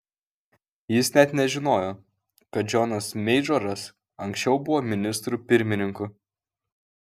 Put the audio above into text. jis net nežinojo kad džonas meidžoras anksčiau buvo ministru pirmininku